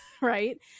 right